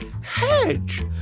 Hedge